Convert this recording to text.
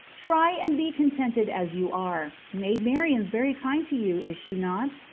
try and be contented as you are. maid marian's very kind to you, is she not?